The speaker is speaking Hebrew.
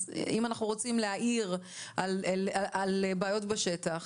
אז אם אנחנו רוצים להאיר על בעיות בשטח,